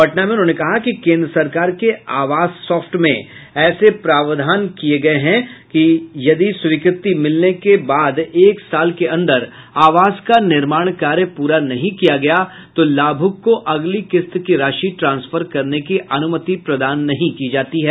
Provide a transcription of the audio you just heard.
पटना में उन्होंने कहा कि केंद्र सरकार के आवास सॉफ्ट में ऐसे प्रावधान किये गये हैं कि यदि स्वीकृति मिलने के बाद एक साल के अंदर आवास का निर्माण कार्य पूरा नहीं किया गया तो लाभुक को अगली किस्त की राशि ट्रांसफर करने की अनुमति प्रदान नहीं की जाती है